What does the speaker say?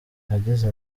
yagize